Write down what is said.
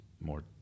more